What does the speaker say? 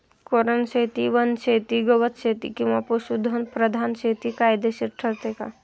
कुरणशेती, वनशेती, गवतशेती किंवा पशुधन प्रधान शेती फायदेशीर ठरते का?